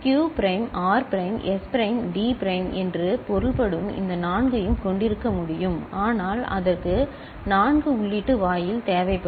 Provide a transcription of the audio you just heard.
Q prime R prime S prime T prime என்று பொருள்படும் இந்த நான்கையும் கொண்டிருக்க முடியும் ஆனால் அதற்கு 4 உள்ளீட்டு வாயில் தேவைப்படும்